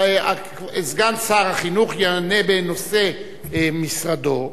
סגן שר החינוך יענה בנושא משרדו,